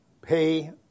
pay